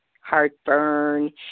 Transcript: heartburn